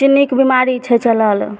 चिन्नीके बिमारी छै चलल